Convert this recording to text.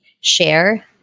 share